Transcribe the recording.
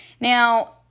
Now